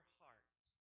heart